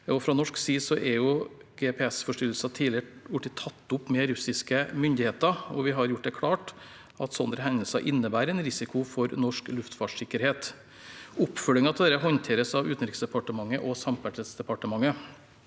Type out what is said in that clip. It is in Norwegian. Fra norsk side er GPS-forstyrrelser tidligere blitt tatt opp med russiske myndigheter, og vi har gjort det klart at slike hendelser innebærer en risiko for norsk luftfartssikkerhet. Oppfølgingen av dette håndteres av Utenriksdepartementet og Samferdselsdepartementet,